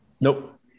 Nope